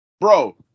Bro